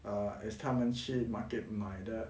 err as 他们去 market 买的